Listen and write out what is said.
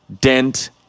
Dent